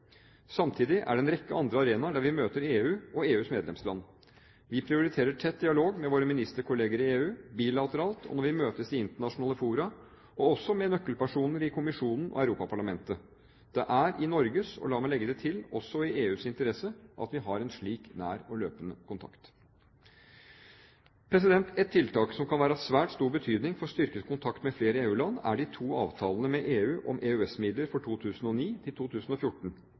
Samtidig er det en rekke andre arenaer der vi møter EU og EUs medlemsland. Vi prioriterer tett dialog med våre ministerkolleger i EU – bilateralt og når vi møtes i internasjonale fora – og også med nøkkelpersoner i kommisjonen og i Europaparlamentet. Det er i Norges og – la meg legge til – også i EUs interesse at vi har en slik nær og løpende kontakt. Ett tiltak som kan være av svært stor betydning for styrket kontakt med flere EU-land, er de to avtalene med EU om EØS-midler for